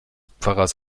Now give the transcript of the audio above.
pfarrers